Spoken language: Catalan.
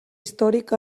històric